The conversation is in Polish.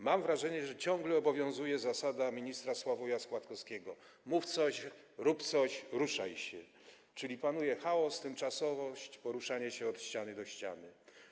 Mam wrażenie, że ciągle obowiązuje zasada ministra Sławoja Składkowskiego: mów coś, rób coś, ruszaj się, czyli panuje chaos, tymczasowość, poruszanie się od ściany do ściany.